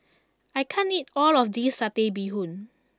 I can't eat all of this Satay Bee Hoon